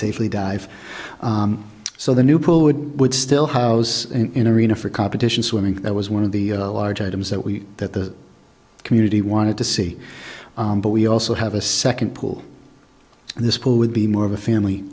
safely dive so the new pool would would still house in arena for competition swimming that was one of the large items that we that the community wanted to see but we also have a second pool and this pool would be more of a family